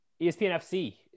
ESPNFC